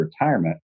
retirement